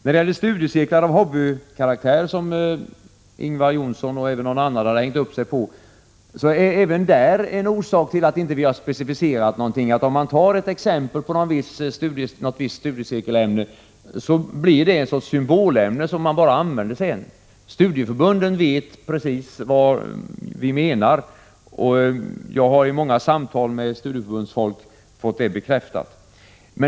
När det gäller studiecirklar av hobbykaraktär, som Ingvar Johnsson och även någon annan hade hängt upp sig på, så är även där en orsak till att vi inte har specificerat våra förslag det faktum att om man tar ett visst studiecirkelämne som exempel, så blir det ett symbolämne som man sedan använder. Studieförbunden vet precis vad vi menar. Jag har vid många samtal med studieförbundsfolk fått det bekräftat.